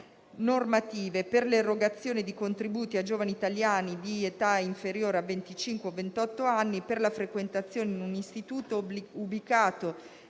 normative per l'erogazione di contributi a giovani italiani di età inferiore a 25 o 28 anni per la frequentazione, in un istituto ubicato